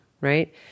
right